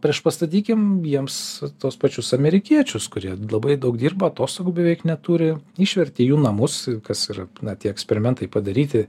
priešpastatykim jiems tuos pačius amerikiečius kurie labai daug dirba atostogų beveik neturi išvertė jų namus kas yra na tie eksperimentai padaryti